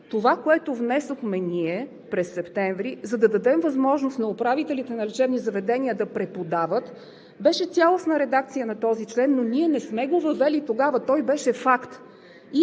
Това, което внесохме ние през септември, за да дадем възможност на управителите на лечебни заведения да преподават, беше цялостна редакция на този член, но ние не сме го въвели тогава, той беше факт.